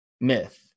myth